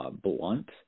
Blunt